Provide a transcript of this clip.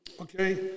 Okay